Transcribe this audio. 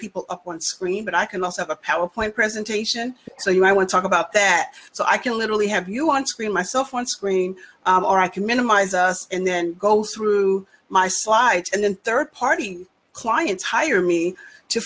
people up once for me but i can also have a power point presentation so you know i want to talk about that so i can literally have you on screen myself on screen or i can minimize us and then go through my slides and then third party clients hire me to